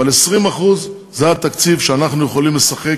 אבל 20% זה התקציב שאנחנו יכולים לשחק